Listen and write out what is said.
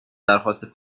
درخواست